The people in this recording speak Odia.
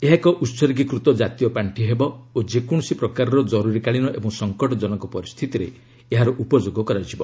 ଏହାଏକ ଉତ୍ଗୀକୃତ ଜାତୀୟ ପାର୍ଷି ହେବ ଓ ଯେକୌଣସି ପ୍ରକାର ଜରୁରିକାଳୀନ ଏବଂ ସଂକଟଜନକ ପରିସ୍ଥିତିରେ ଏହାର ଉପଯୋଗ କରାଯିବ